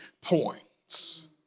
points